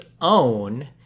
own